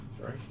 Sorry